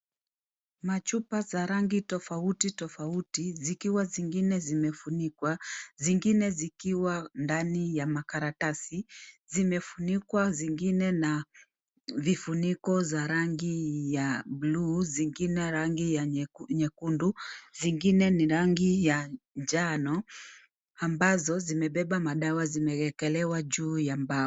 Machupa za rangi tofauti tofauti, zikiwa zingine zimefunikwa zingine zikiwa ndani ya makaratasi zimefunikwa zingine na vifuniko za rangi ya buluu, zingine rangi ya nyekundu, zingine ni rangi ya manjano, ambazo zimebeba madawa zimewekelewa ya mbao.